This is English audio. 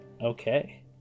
Okay